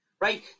Right